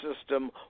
system